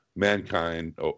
Mankind